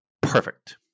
perfect